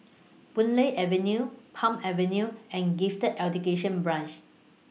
Boon Lay Avenue Palm Avenue and Gifted Education Branch